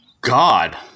God